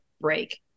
break